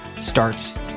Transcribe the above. starts